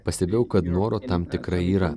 pastebėjau kad noro tam tikrai yra